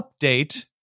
update